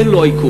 אין לו עיכוב.